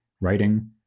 writing